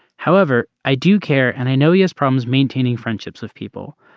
however i do care and i know he has problems maintaining friendships with people.